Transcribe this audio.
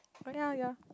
ya ya